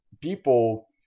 people